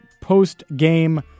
post-game